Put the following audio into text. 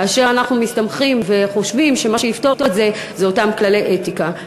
כאשר אנחנו מסתמכים וחושבים שמה שיפתור את זה זה אותם כללי אתיקה.